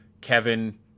Kevin